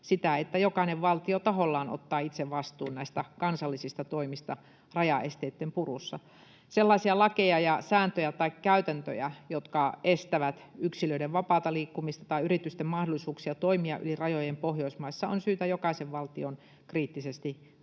sitä, että jokainen valtio tahollaan ottaa itse vastuun näistä kansallisista toimista rajaesteitten purussa. Sellaisia lakeja, sääntöjä tai käytäntöjä, jotka estävät yksilöiden vapaata liikkumista tai yritysten mahdollisuuksia toimia yli rajojen Pohjoismaissa, on syytä jokaisen valtion kriittisesti tarkastella,